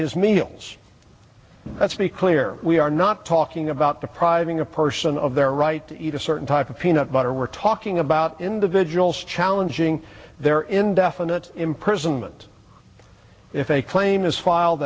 his meals let's be clear we are not talking about depriving a person of their right to eat a certain type of peanut butter we're talking about individuals challenging their indefinite imprisonment if a claim is filed